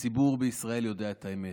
הציבור בישראל יודע את האמת: